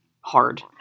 hard